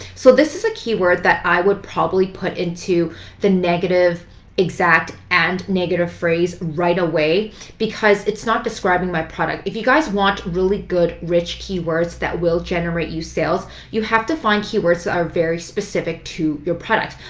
so this is a keyword that i would probably put into the negative exact and negative phrase right away because it's not describing my product. if you guys want really good, rich keywords that will generate you sales, you have to find keywords that are very specific to your product.